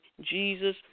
Jesus